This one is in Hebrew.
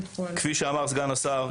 כפי שאמר סגן השר,